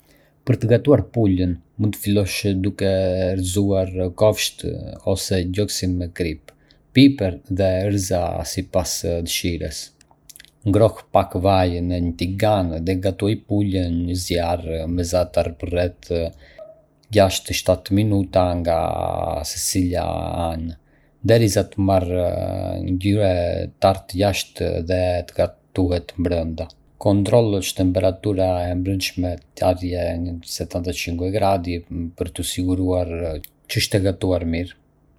Për të gatuar pulën, mund të fillosh duke e erëzuar kofshët ose gjoksin me kripë, piper dhe erëza sipas dëshirës. Ngroh pak vaj në një tigan dhe gatuaj pulën në zjarr mesatar për rreth gjashtë shtatë minuta nga secila anë, derisa të marrë ngjyrë të artë jashtë dhe të gatuhet brenda. Kontrollo që temperatura e brendshme të arrijë në settantacinque gradë për t'u siguruar që është gatuar mirë.